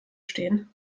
stehen